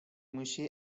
موشی